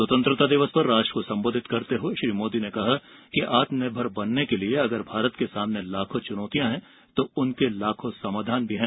स्वतंत्रता दिवस पर राष्ट्र को संबोधित करते हुए श्री मोदी ने कहा कि आत्मनिर्भर बनने के लिए अगर भारत के सामने लाखों चुनौतियां हैं तो लाखों समाधान भी हैं